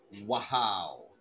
Wow